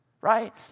right